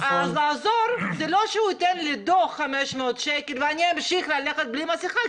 אז לעזור זה לא לתת דוח 500 שקל ואני אמשיך ללכת בלי מסכה,